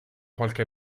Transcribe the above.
qualche